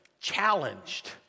challenged